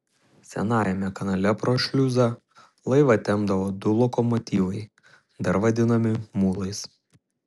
senajame kanale pro šliuzą laivą tempdavo du lokomotyvai dar vadinami mulais